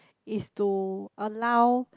it's to allow